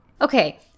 Okay